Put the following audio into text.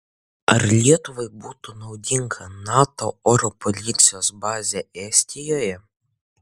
ar lietuvai būtų naudinga nato oro policijos bazė estijoje